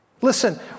Listen